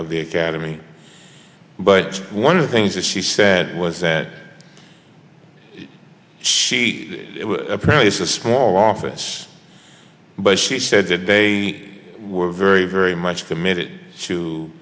of the academy but one of the things that she said was that she probably is a small office but she said they were very very much committed to